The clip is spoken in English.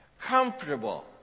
Comfortable